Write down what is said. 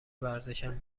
ورزشم